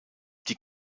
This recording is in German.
die